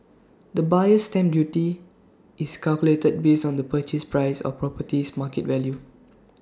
the buyer's stamp duty is calculated based on the purchase price or property's market value